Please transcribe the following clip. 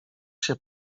się